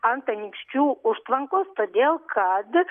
ant anykščių užtvankos todėl kad